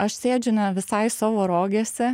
aš sėdžiu ne visai savo rogėse